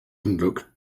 looked